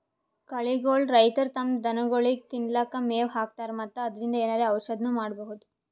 ಕಳಿಗೋಳ್ ರೈತರ್ ತಮ್ಮ್ ದನಗೋಳಿಗ್ ತಿನ್ಲಿಕ್ಕ್ ಮೆವ್ ಹಾಕ್ತರ್ ಮತ್ತ್ ಅದ್ರಿನ್ದ್ ಏನರೆ ಔಷದ್ನು ಮಾಡ್ಬಹುದ್